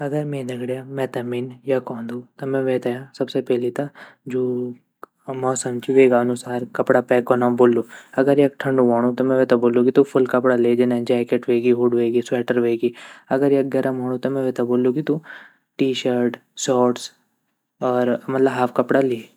मे जू ब्यौ ची ऊ हमा पूरा पहाड़ी तरीक़ा से वोलू वेमा हमा घोरा गौं मोगा और मे दगड़िया सभी शामिल वोला और पहाड़ी रीति रिवाजू ग मुताबित वोलू वेमा सभी ल्वोग अपरू मिली जुलिके हंसी मज़ाक़ करी के अपरू मनोरंजन करी सकदा मे ब्यौ म पहाड़ी खाणों और पहाड़ी गीत सब यूयी लग ला।